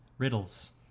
Riddles